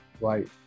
right